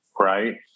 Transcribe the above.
Right